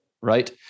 right